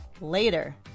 later